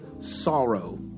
sorrow